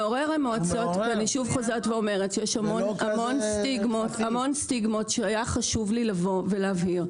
ואני שוב חוזרת שיש המון סטיגמות שהיה לי חשוב לבוא ולהבהיר,